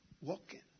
Walking